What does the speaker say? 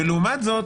ולעומת זאת,